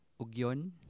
Ugyon